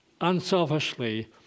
unselfishly